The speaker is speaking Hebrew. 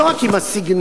לא רק עם הסגנון,